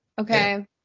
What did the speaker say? okay